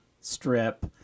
strip